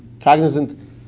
cognizant